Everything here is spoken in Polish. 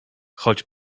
choć